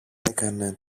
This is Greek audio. έκανε